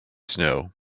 snow